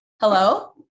hello